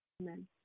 Amen